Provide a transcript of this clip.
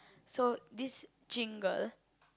so this Jing girl